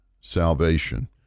salvation